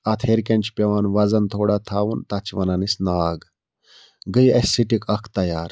اَتھ ہیٚرِکَنۍ چھُ پیٚوان وَزَن تھوڑا تھاوُن تَتھ چھِ وَنان أسۍ ناگ گٔے اسہِ سِٹِک اَکھ تیار